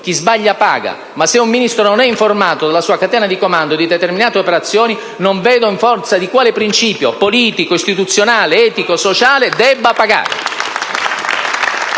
chi sbaglia paga. Ma se un Ministro non è informato dalla sua catena di comando di determinate operazioni, non vedo in forza di quale principio politico, istituzionale, etico e sociale debba pagare.